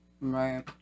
Right